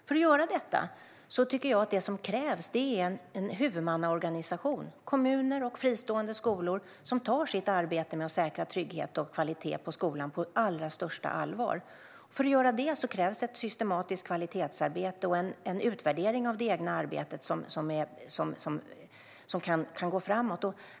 För att göra det krävs det en huvudmannaorganisation - kommuner och fristående skolor - som tar sitt arbete med att säkra trygghet och kvalitet på skolan på allra största allvar. Det krävs ett systematiskt kvalitetsarbete och en utvärdering av det egna arbetet som kan gå framåt.